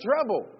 trouble